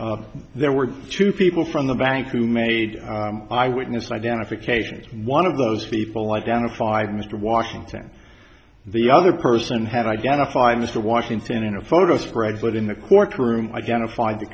bank there were two people from the bank who made eyewitness identification one of those people identified mr washington the other person had identified mr washington in a photo spread but in the courtroom identified the